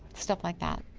stuff like that.